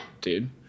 Dude